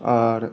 और